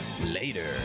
later